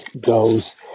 goes